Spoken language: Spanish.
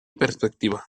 perspectiva